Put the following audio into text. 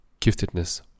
giftedness